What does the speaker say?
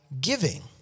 giving